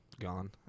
gone